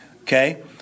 okay